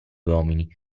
uomini